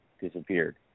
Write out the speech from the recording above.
disappeared